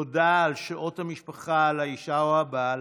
תודה על שעות המשפחה עם האישה או הבעל